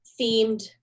themed